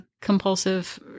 compulsive